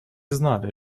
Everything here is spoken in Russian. знали